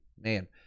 man